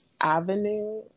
avenue